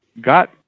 got